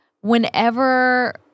whenever